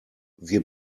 wir